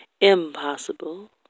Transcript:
impossible